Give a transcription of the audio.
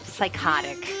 psychotic